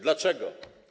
Dlaczego?